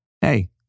hey